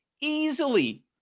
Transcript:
easily